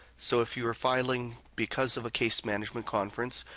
so if you are filing because of a case management conference,